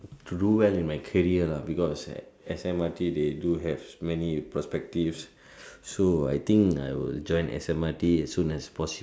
to do well in my career lah because S_M_R_T they do have many perspectives so I think I will join S_M_R_T as soon as possible